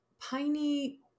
piney